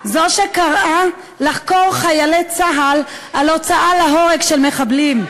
זו שקראה לחקור חייל צה"ל על הוצאה להורג של מחבלים.